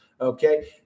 okay